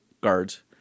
guards